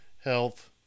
health